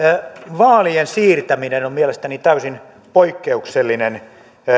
vaalien siirtäminen on mielestäni täysin poikkeuksellinen